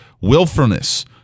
willfulness